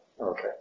Okay